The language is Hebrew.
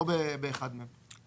לא באחד מהם,